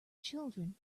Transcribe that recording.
children